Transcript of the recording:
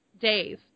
days